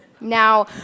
Now